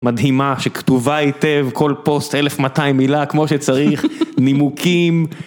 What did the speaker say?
מדהימה שכתובה היטב, כל פוסט 1200 מילה כמו שצריך, נימוקים.